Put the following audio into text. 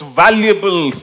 valuable